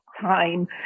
time